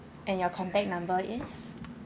and your contact number is